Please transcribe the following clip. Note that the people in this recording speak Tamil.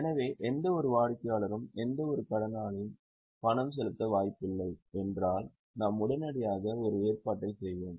எனவே எந்தவொரு வாடிக்கையாளரும் எந்தவொரு கடனாளியும் பணம் செலுத்த வாய்ப்பில்லை என்றால் நாம் உடனடியாக ஒரு ஏற்பாட்டைச் செய்வோம்